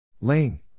Lane